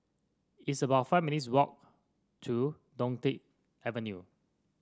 it's about five minutes' walk to Dunkirk Avenue